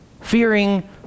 fearing